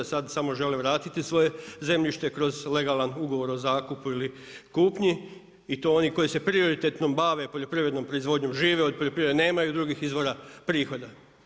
Sad samo žele vratiti svoje zemljište kroz legalan ugovor o zakupu ili kupnji i to oni koji se prioritetno bave poljoprivrednom proizvodnjom, žive od poljoprivrede, nemaju drugih izvora prihoda.